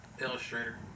Illustrator